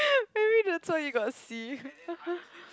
maybe that's why you got C